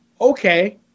Okay